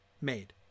made